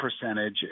percentage